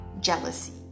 jealousy